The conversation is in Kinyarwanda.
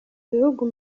bihugu